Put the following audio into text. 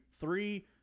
three